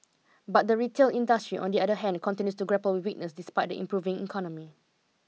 but the retail industry on the other hand continues to grapple weakness despite the improving economy